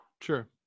Sure